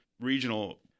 regional